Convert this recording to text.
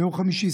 ביום חמישי,